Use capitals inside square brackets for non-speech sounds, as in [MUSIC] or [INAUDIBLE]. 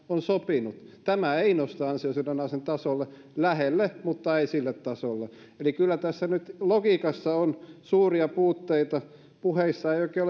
[UNINTELLIGIBLE] on sopinut tämä ei nosta ansiosidonnaisen tasolle lähelle mutta ei sille tasolle eli kyllä tässä nyt logiikassa on suuria puutteita puheissa ei oikein [UNINTELLIGIBLE]